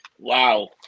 Wow